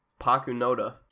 Pakunoda